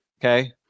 okay